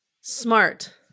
Smart